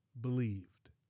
believed